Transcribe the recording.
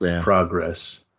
progress